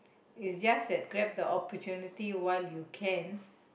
is just that grab the opportunity while you can